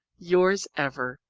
yours ever,